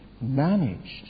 managed